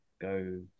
go